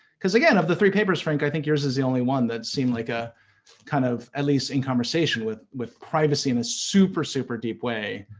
because, again, of the three papers, frank, i think yours is the only one that seemed like a kind of, at least in conversation with with privacy in a super, super deep way.